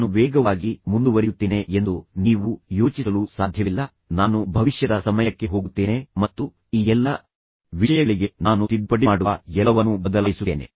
ನಾನು ವೇಗವಾಗಿ ಮುಂದುವರಿಯುತ್ತೇನೆ ಎಂದು ನೀವು ಯೋಚಿಸಲು ಸಾಧ್ಯವಿಲ್ಲ ನಾನು ಭವಿಷ್ಯದ ಸಮಯಕ್ಕೆ ಹೋಗುತ್ತೇನೆ ಮತ್ತು ಈ ಎಲ್ಲ ವಿಷಯಗಳಿಗೆ ನಾನು ತಿದ್ದುಪಡಿ ಮಾಡುವ ಎಲ್ಲವನ್ನೂ ಬದಲಾಯಿಸುತ್ತೇನೆ